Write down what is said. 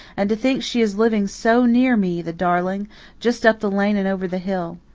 and to think she is living so near me, the darling just up the lane and over the hill.